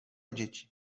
dzieci